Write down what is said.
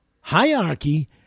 hierarchy